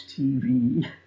TV